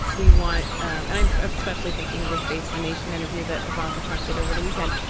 we want and i'm especially thinking of his face the nation interview that ivanka trump did over the weekend.